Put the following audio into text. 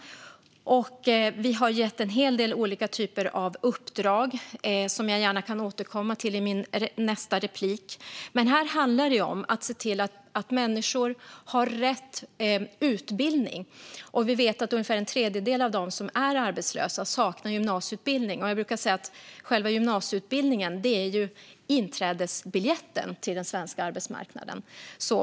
Vi har gett en hel del olika typer av uppdrag som jag gärna kan återkomma till i mitt nästa inlägg. Men här handlar det om att se till att människor har rätt utbildning. Vi vet att ungefär en tredjedel av dem som är arbetslösa saknar gymnasieutbildning. Jag brukar säga att själva gymnasieutbildningen är inträdesbiljetten till den svenska arbetsmarknaden.